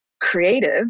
creative